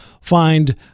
find